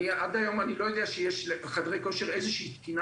עד היום אני לא יודע שיש לחדרי כושר איזושהי תקינה